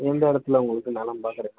எந்த இடத்துல உங்களுக்கு நிலம் பார்க்குறக்குமா